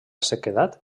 sequedat